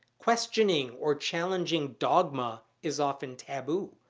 questioning or challenging dogma is often taboo.